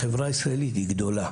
לחברה הישראלית היא גדולה.